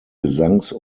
gesangs